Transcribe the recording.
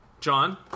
John